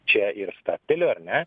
čia ir stabteliu ar ne